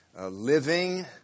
living